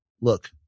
look